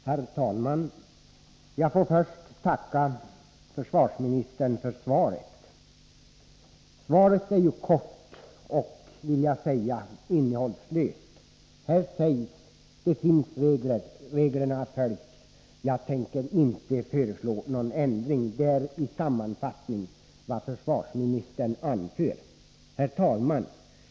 Herr talman! Jag tackar försvarsministern för svaret. Det är kort och, vill jag säga, innehållslöst. Regler finns, reglerna följs, och någon ändring kommer inte att föreslås. Det är i sammanfattning vad försvarsministern anför. Herr talman!